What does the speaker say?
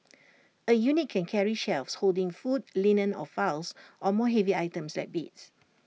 A unit can carry shelves holding food linen or files or move heavy items like beds